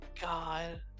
god